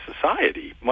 society